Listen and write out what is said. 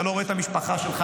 אתה לא רואה את המשפחה שלך.